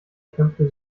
kämpfte